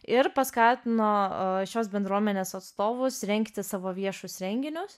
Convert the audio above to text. ir paskatino šios bendruomenės atstovus rengti savo viešus renginius